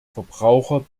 verbraucher